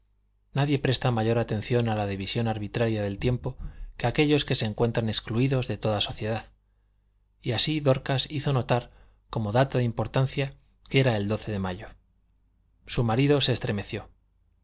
nadie presta mayor atención a la división arbitraría del tiempo que aquéllos que se encuentran excluídos de toda sociedad y así dorcas hizo notar como dato de importancia que era el doce de mayo su marido se estremeció